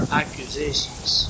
accusations